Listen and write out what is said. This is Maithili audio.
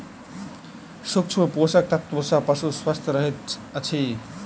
सूक्ष्म पोषक तत्व सॅ पशु स्वस्थ रहैत अछि